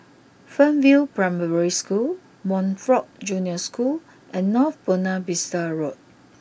Fernvale Primary School Montfort Junior School and North Buona Vista Road